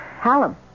Hallam